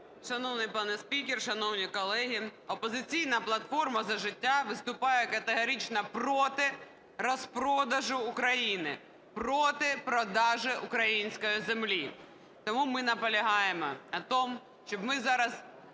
Шановний пане спікер, шановні колеги! "Опозиційна платформа - За життя" виступає категорично проти розпродажу України, проти продажу української землі. Тому наполягаємо на тому, щоб ми зараз